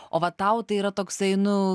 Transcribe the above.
o va tau tai yra toksai nu